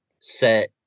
set